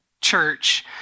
church